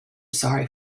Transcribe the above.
sorry